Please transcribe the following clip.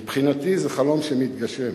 מבחינתי, זה חלום שמתגשם.